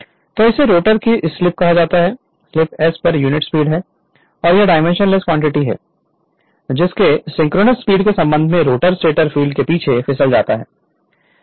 Refer Slide Time 1749 तो इसे rotor की स्लिप कहा जाता है स्लिप s पर यूनिट स्पीड है यह डाइमेंशनलेस क्वांटिटी है जिसके सिंक्रोनस स्पीड के संबंध में रोटर स्टेटर फ़ील्ड के पीछे फिसल जाता है